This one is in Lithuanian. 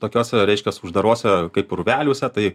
tokiose reiškias uždaruose kaip urveliuose tai